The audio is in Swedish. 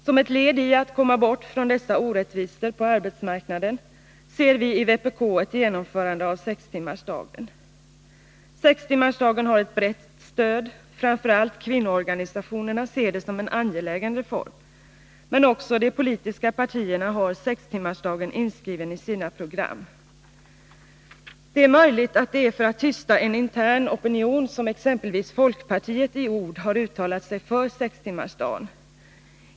Som ett led i strävan att komma bort från dessa orättvisor på arbetsmarknaden ser vi i vpk ett genomförande av sextimmarsdagen. Sextimmarsdagen har ett brett stöd — framför allt kvinnoorganisationerna ser den som en angelägen reform, men också de politiska partierna har sextimmarsdagen inskriven i sina program. Det är möjligt att det är för att tysta en intern opinion som exempelvis folkpartiet i ord har uttalat sig för sextimmarsdagen.